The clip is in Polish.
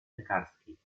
lekarskiej